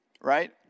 right